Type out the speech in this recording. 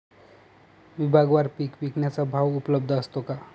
विभागवार पीक विकण्याचा भाव उपलब्ध असतो का?